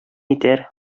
итәр